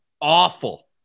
awful